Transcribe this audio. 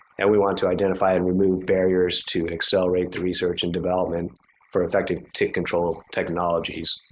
and we want to identify and remove barriers to accelerate the research and development for effective tick control technologies.